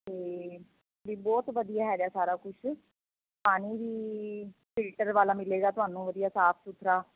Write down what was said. ਅਤੇ ਵੀ ਬਹੁਤ ਵਧੀਆ ਹੈਗਾ ਸਾਰਾ ਕੁਛ ਪਾਣੀ ਵੀ ਫਿਲਟਰ ਵਾਲਾ ਮਿਲੇਗਾ ਤੁਹਾਨੂੰ ਵਧੀਆ ਸਾਫ਼ ਸੁਥਰਾ